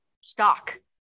stock